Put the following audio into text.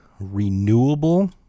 renewable